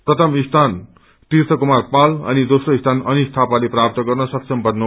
प्रथम स्थनमा तृर्थ कुमार पाल र दोस्रो थान अनीश थापाले प्राप्त गर्न सक्षम बने